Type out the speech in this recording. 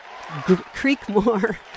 Creekmore